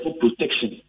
protection